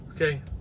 okay